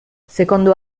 secondo